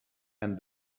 and